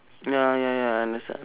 ya ya ya understand